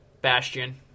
Bastion